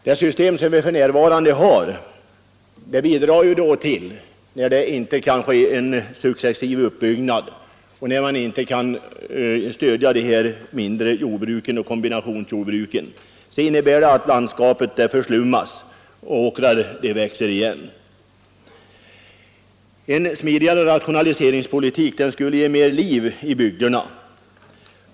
Det system som vi för närvarande har innebär, när det inte kan ske en successiv uppbyggnad och när man inte kan stödja de mindre jordbruken och kombinationsjordbruken, att landskapet förslummas och åkrar växer igen. En smidigare rationaliseringspolitik skulle ge mer liv åt bygderna.